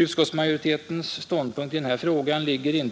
Utskottsmajoritetens ståndpunkt i den här frågan ligger